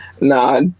Nah